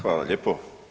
Hvala lijepo.